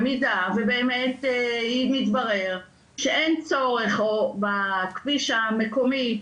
במידה ובאמת מתברר שאין צורך בכביש המקומי,